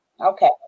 okay